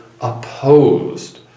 opposed